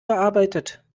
gearbeitet